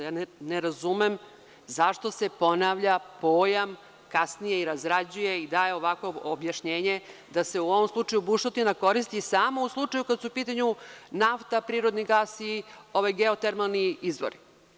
Ja ne razumem zašto se ponavlja pojam, kasnije i razrađuje i daje ovakvo objašnjenje, da se u ovom slučaju bušotina koristi samo u slučaju kada su u pitanju nafta, prirodni gas i geotermalni izvori.